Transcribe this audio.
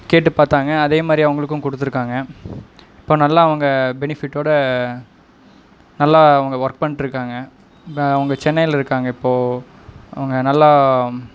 கேட்டுப் பார்த்தாங்க அதே மாதிரி அவங்களுக்கும் கொடுத்துருக்காங்க இப்போ நல்லா அவங்க பெனிஃபிட்டோட நல்லா அவங்க ஒர்க் பண்ணிகிட்ருக்காங்க ப அவங்க சென்னையிலருக்காங்க இப்போது அவங்க நல்லா